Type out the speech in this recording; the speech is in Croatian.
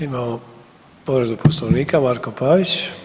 Imamo povredu Poslovnika Marko Pavić.